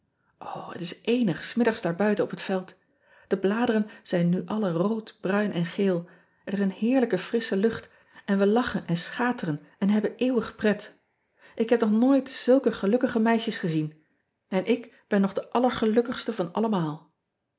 het is éénig s middags daar buiten op het veld e bladeren zijn nu alle rood bruin en geel er is een heerlijke frissche lucht en wij lachen en schateren en hebben eeuwig pret k heb nog nooit zulke gelukkige meisjes gezien en ik ben nog de allergelukkigste van allemaal